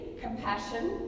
compassion